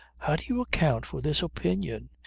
how do you account for this opinion?